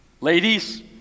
ladies